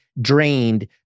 drained